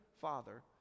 father